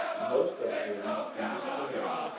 most of them in the storm.